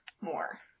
more